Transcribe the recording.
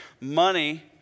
Money